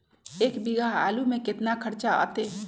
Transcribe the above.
एक बीघा आलू में केतना खर्चा अतै?